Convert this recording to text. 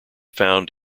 found